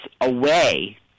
away